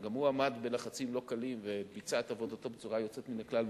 שגם הוא עמד בלחצים לא קלים וביצע את עבודתו בצורה יוצאת מן כלל,